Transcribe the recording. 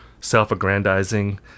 self-aggrandizing